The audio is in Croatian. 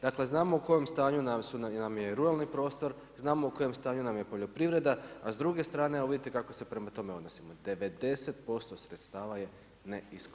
Dakle znamo u kojem stanju nam je ruralni prostor, znamo u kojem stanju nam je poljoprivreda, a s druge strane evo vidite kako se prema tome odnosimo, 90% sredstava je neiskorišteno.